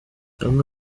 bamwe